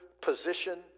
position